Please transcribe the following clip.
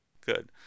Good